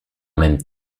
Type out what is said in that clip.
même